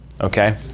okay